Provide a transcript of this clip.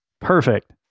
Perfect